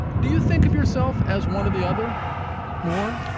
do you think of yourself as one of the other more,